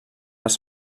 les